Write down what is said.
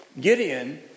Gideon